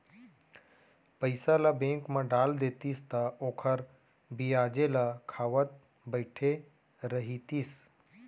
पइसा ल बेंक म डाल देतिस त ओखर बियाजे ल खावत बइठे रहितिस